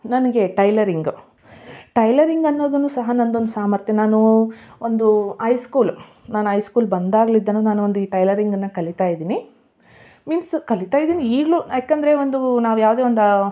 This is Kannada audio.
ನನಗೆ ಟೈಲರಿಂಗ್ ಟೈಲರಿಂಗ್ ಅನ್ನೋದುನ್ನು ಸಹ ನಂದು ಒಂದು ಸಾಮರ್ಥ್ಯ ನಾನು ಒಂದು ಐ ಸ್ಕೂಲ್ ನಾನು ಐ ಸ್ಕೂಲ್ ಬಂದಾಗಲಿದ್ದಾನು ನಾನು ಒಂದು ಈ ಟೈಲರಿಂಗನ್ನ ಕಲಿತ ಇದ್ದೀನಿ ಮೀನ್ಸ್ ಕಲಿತ ಇದ್ದೀನಿ ಈಗಲೂ ಯಾಕಂದರೆ ಒಂದು ನಾವು ಯಾವುದೇ ಒಂದು